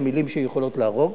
שמלים שיכולות להרוג,